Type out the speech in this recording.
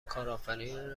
کارآفرینی